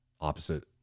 opposite